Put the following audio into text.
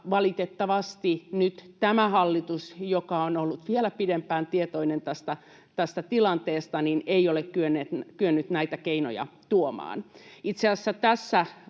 valitettavasti nyt tämä hallitus, joka on ollut vielä pidempään tietoinen tästä tilanteesta, ei ole kyennyt näitä keinoja tuomaan. Itse asiassa tässä